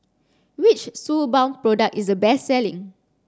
which Suu balm product is the best selling